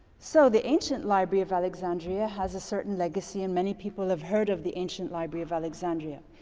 so the ancient library of alexandria has a certain legacy and many people have heard of the ancient library of alexandria.